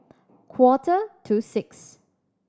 quarter to six